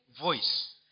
voice